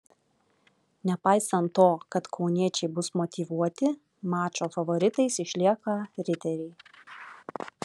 nepaisant to kad kauniečiai bus motyvuoti mačo favoritais išlieka riteriai